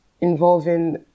involving